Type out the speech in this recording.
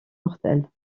mortelles